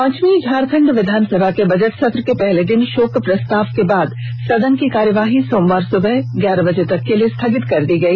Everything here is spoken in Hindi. पांचवीं झारखंड विधानसभा के बजट सत्र के पहले दिन शोक प्रस्ताव के बाद सदन की कार्यवाही सोमवार सुबह ग्यारह बजे तक के लिए स्थगित कर दी गई